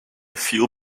few